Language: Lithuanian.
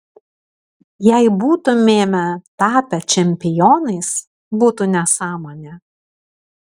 jei būtumėme tapę čempionais būtų nesąmonė